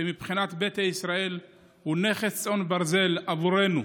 שמבחינת ביתא ישראל הוא נכס צאן ברזל עבורנו.